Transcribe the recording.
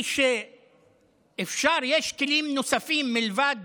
יש כלים נוספים מלבד